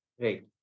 Right